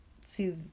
see